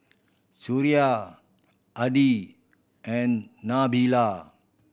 Suria Adi and Nabila